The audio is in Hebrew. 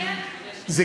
אבל לא יהיה,